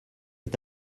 est